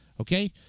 Okay